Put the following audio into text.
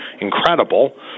incredible